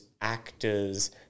actors